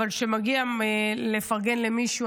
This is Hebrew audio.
אבל כשמגיע לפרגן למישהו,